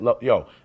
yo